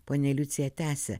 ponia liucija tęsia